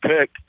pick